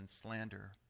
slander